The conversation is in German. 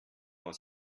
aus